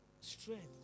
strength